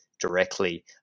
directly